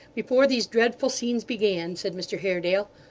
before these dreadful scenes began said mr haredale,